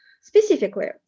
Specifically